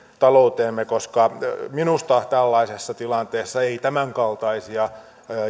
talouteemme minusta tällaisessa tilanteessa ei tämänkaltaisia